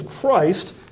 Christ